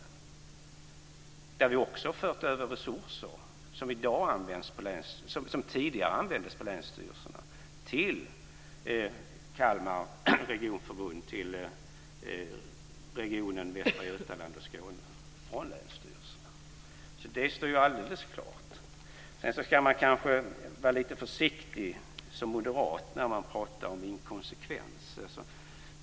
Där har vi också fört över resurser som tidigare användes på länsstyrelserna till Kalmar regionförbund, till regionen Västra Götaland och till Skåne - alltså från länsstyrelsen. Det står alldeles klart. Sedan ska man kanske vara försiktig när man som moderat pratar om inkonsekvens.